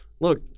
Look